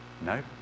no